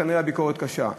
כנראה הביקורת קשה.